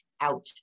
out